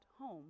home